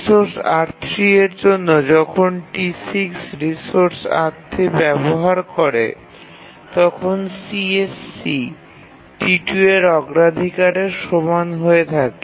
resource R3 এর জন্য যখন T6 রিসোর্স R3 ব্যবহার করে তখন CSC T2 এর অগ্রাধিকারের সমান হয়ে থাকে